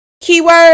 Keyword